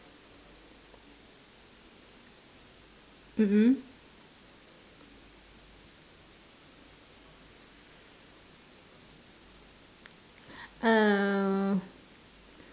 mm mm um